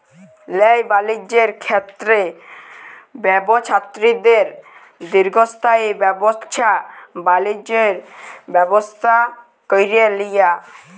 ল্যায় বালিজ্যের ক্ষেত্রে ব্যবছায়ীদের দীর্ঘস্থায়ী ব্যাবছা বালিজ্যের ব্যবস্থা ক্যরে লিয়া